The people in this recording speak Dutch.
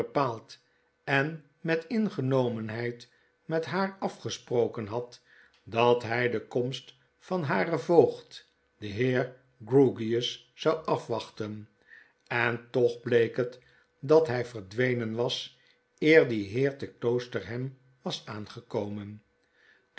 en met ingenomenheid met haarafgesproken had dat hy de komst van haren voogd den heer grewgious zou afwachten en toch bleek het dat hy verdwenen was eer die heer te kloosterham was aangekomen